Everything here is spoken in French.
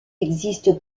existe